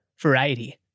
variety